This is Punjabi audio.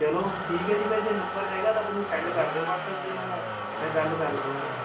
ਚਲੋ ਠੀਕ ਹੈ ਜੀ ਫਿਰ ਜੇ ਨੰਬਰ ਹੈਗਾ ਤਾਂ ਮੈਨੂੰ ਸੈਂਡ ਕਰ ਦਿਓ ਵੱਟਸਐਪ 'ਤੇ ਉਹਨਾਂ ਦਾ ਮੈਂ ਗੱਲ ਕਰਲੂਗਾ ਉਹਨਾਂ ਨਾਲ਼